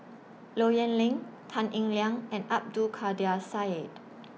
Low Yen Ling Tan Eng Liang and Abdul Kadir Syed